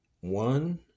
One